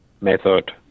method